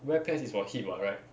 wear pants is for hip [what] right